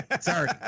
sorry